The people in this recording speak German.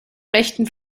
rechten